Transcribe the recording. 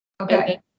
okay